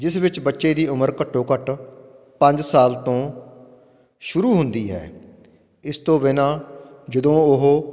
ਜਿਸ ਵਿੱਚ ਬੱਚੇ ਦੀ ਉਮਰ ਘੱਟੋ ਘੱਟ ਪੰਜ ਸਾਲ ਤੋਂ ਸ਼ੁਰੂ ਹੁੰਦੀ ਹੈ ਇਸ ਤੋਂ ਬਿਨਾਂ ਜਦੋਂ ਉਹ